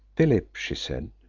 philip, she said,